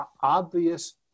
obvious